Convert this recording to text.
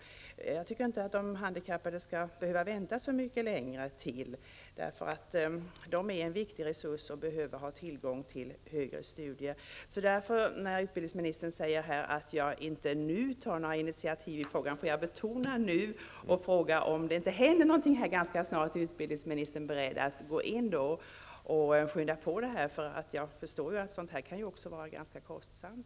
Jag tycker inte att de handikappade skall behöva vänta så mycket längre till. De är en viktig resurs och behöver ha tillgång till högre studier. Utbildningsministern säger att han nu inte tänker ta några initiativ i frågan. Jag vill betona ordet ''nu'' och fråga om utbildningsministern är beredd att skynda på om det inte händer något ganska snart. Jag förstår att sådant här också kan vara ganska kostsamt.